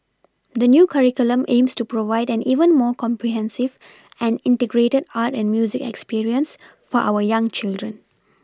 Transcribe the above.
the new curriculum aims to provide an even more comprehensive and Integrated art and music experience for our young children